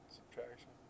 Subtraction